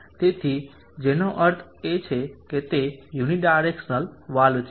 તેથી જેનો અર્થ છે કે તે યુનિડાયરેક્સનલ વાલ્વ છે